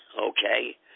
okay